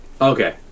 Okay